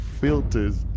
filters